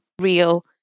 real